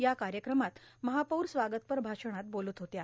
या कायक्रमात महापौर स्वागतपर भाषणात बोलत होत्या